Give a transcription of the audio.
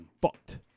fucked